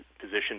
position